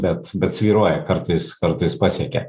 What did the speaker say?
bet bet svyruoja kartais kartais pasiekia